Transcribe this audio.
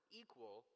equal